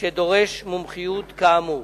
שדורש מומחיות כאמור,